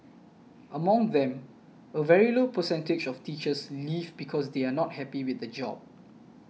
among them a very low percentage of teachers leave because they are not happy with the job